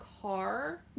car